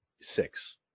six